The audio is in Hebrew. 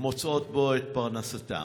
מוצאות בו את פרנסתן.